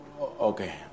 okay